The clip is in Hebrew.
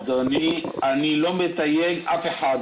אדוני, אני לא מתייג אף אחד.